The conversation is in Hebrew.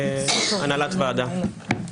הנהלת הוועדה,